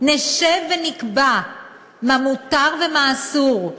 נשב ונקבע מה מותר ומה אסור?